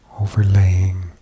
overlaying